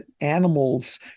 animals